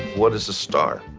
what is a star?